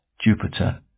Jupiter